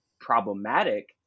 problematic